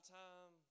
time